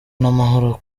n’amahoro